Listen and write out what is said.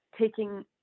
taking